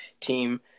team